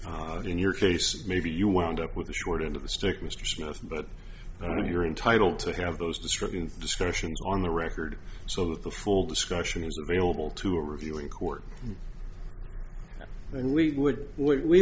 in your case maybe you wound up with the short end of the stick mr smith but i mean you're entitled to have those disrupting discussions on the record so that the full discussion is available to review in court and we would we